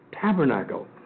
tabernacle